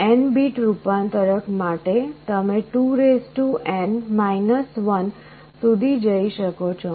N bit રૂપાંતરક માટે તમે 2N 1 સુધી જઈ શકો છો